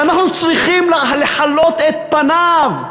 שאנחנו צריכים לחלות את פניו,